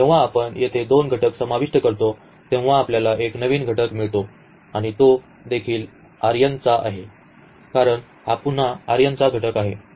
जेव्हा आपण येथे दोन घटक समाविष्ट करतो तेव्हा आपल्याला एक नवीन घटक मिळतो आणि तो देखील या चा आहे कारण हा पुन्हा या चा घटक आहे